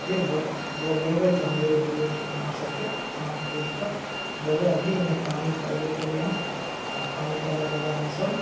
के जब अएबै तऽ हम एगो दुइगो अहाँ सभके आम तोड़िके देबै अभी एहिमे पानि पड़बे कएलै हँ आब पानी पड़लाके बाद ई सब